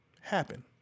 Happen